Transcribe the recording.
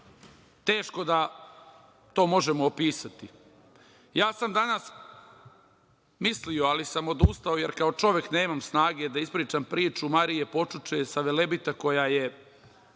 teško da to možemo opisati. Ja sam danas mislio, ali sam odustao, jer kao čovek nemam snage da ispričam priču Marije Počuče sa Velebita koja je